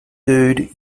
dude